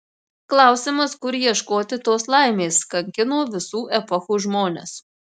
klausimas kur ieškoti tos laimės kankino visų epochų žmones